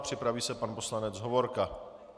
Připraví se pan poslanec Hovorka.